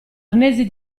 arnesi